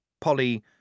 Polly